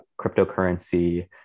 cryptocurrency